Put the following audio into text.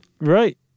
Right